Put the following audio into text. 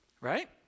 right